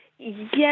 Yes